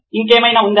ఇంకేమైనా ఉందా